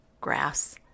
grass